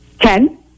Ten